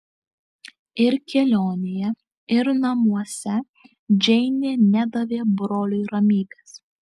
ir kelionėje ir namuose džeinė nedavė broliui ramybės